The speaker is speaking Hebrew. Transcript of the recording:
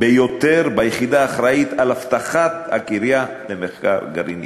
ביותר ביחידה האחראית לאבטחת הקריה למחקר גרעיני,